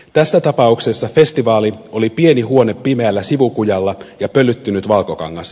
tässä tapauksessa festivaali oli pieni huone pimeällä sivukujalla ja pölyttynyt valkokangas